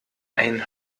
ein